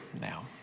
now